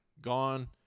gone